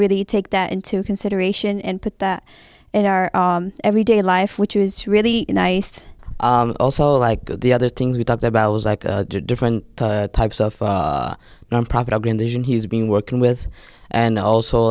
really take that into consideration and put that in our everyday life which is really nice also like the other things we talked about was like different types of nonprofit organization he's been working with and also